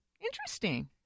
interesting